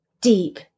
deep